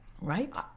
Right